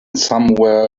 somewhere